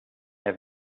have